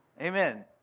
Amen